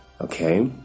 okay